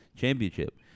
Championship